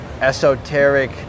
esoteric